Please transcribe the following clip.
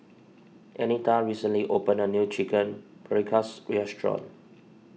Anita recently opened a new Chicken Paprikas restaurant